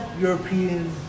European